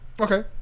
Okay